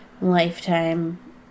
Lifetime